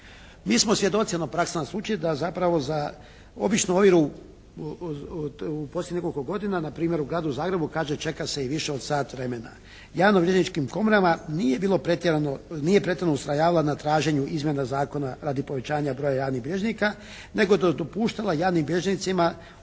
Mi smo svjedoci, praksa nas uči da zapravo za običnu ovjeru u posljednjih nekoliko godina npr. u Gradu Zagrebu kaže čeka se i više od sat vremena. Javnobilježničkim komorama nije bilo pretjerano, nije pretjerano ustrajala na traženju izmjena zakona radi povećanja broja javnih bilježnika nego dopuštala jadnim bilježnicima, posebice